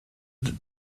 that